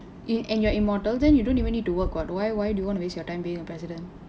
in and you're immortal then you don't even need to work what why why do you want to waste your time being a president